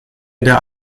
der